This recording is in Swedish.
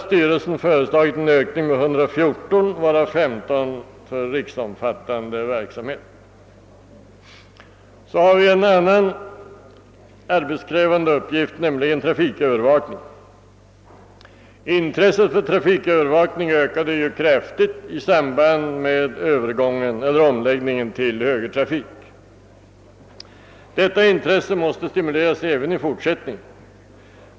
Styrelsen har föreslagit en ökning med 114 tjänster, av vilka 15 avses för riksomfattande verksamhet. En annan arbetskrävande uppgift är trafikövervakningen. Intresset för denna ökade betydligt i samband med omläggningen till högertrafik. Detta intresse måste stimuleras även i fortsättningen.